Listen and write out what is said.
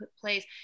place